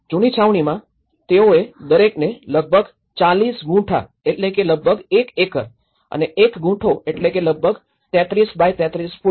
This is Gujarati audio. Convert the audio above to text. જૂની છાવણીમાં તેઓએ દરેકને લગભગ ૪૦ ગુંઠા એટલે કે લગભગ ૧ એકર અને એક ગુંઠો એટલે લગભગ ૩૩ બાય ૩૩ ફુટ